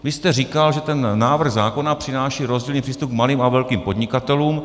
Vy jste říkal, že ten návrh zákona přináší rozdílný přístup k malým a velkým podnikatelům.